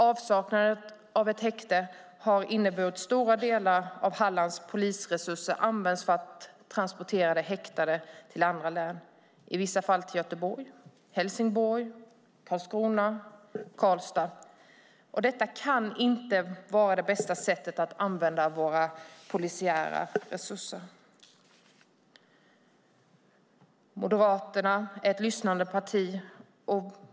Avsaknaden av ett häkte har inneburit att stora delar av Hallands polisresurser används för att transportera de häktade till andra län, i vissa fall till Göteborg, Helsingborg, Karlskrona eller Karlstad. Detta kan inte vara det bästa sättet att använda våra polisiära resurser. Moderaterna är ett lyssnade parti.